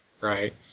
right